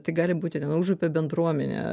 tai gali būti ten užupio bendruomenė